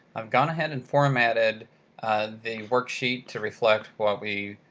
i've gone ahead and formatted the worksheet to reflect what we